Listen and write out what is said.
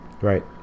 Right